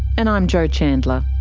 and i'm jo chandler